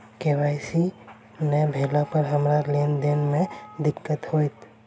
KYC नै भेला पर हमरा लेन देन मे दिक्कत होइत?